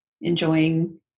enjoying